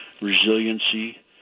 Resiliency